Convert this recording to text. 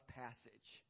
passage